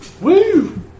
Woo